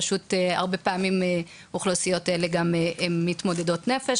פשוט הרבה פעמים אוכלוסיות אלה הן גם מתמודדות נפש.